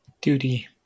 Duty